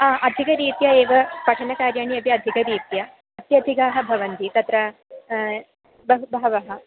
हा अधिकरीत्या एव पठनकार्याणि अपि अधिकरीत्या अत्यधिकाः भवन्ति तत्र बह् बहवः